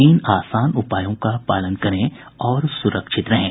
तीन आसान उपायों का पालन करें और सुरक्षित रहें